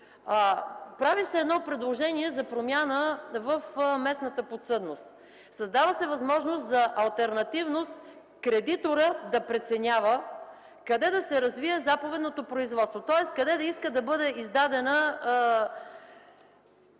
Прави се предложение за промяна в местната подсъдност. Създава се възможност за алтернатива: кредиторът да преценява къде да се развие заповедното производство, тоест къде той да иска да бъде издадена